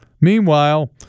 Meanwhile